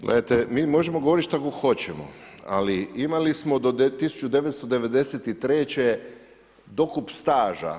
Gledajte, mi možemo govoriti šta god hoćemo, ali imali smo do 1993. dokup staža.